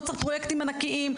לא צריך פרויקטים ענקיים,